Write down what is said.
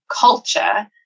culture